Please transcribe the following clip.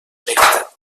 veritat